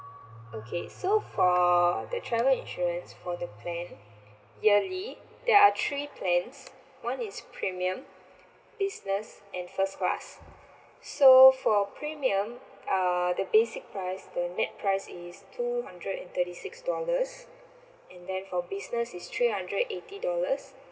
okay so for the travel insurance for the plan yearly there are three plans one is premium business and first class so for premium uh the basic price the net price is two hundred and thirty six dollars and then for business is three hundred and eighty dollars